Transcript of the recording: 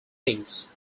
things